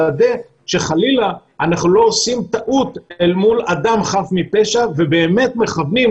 לוודא שחלילה אנחנו לא עושים טעות אל מול אדם חף מפשע ובאמת מכוונים,